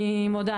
אני מודה,